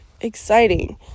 exciting